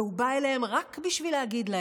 והוא בא אליהם רק בשביל להגיד,